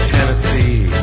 Tennessee